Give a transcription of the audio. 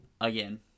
again